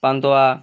pantua